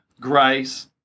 Grace